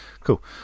Cool